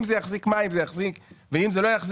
אם זה יחזיק מים זה יחזיק ואם זה לא,